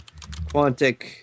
Quantic